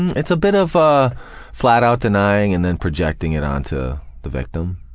and it's a bit of ah flat-out denying and then projecting it onto the victim.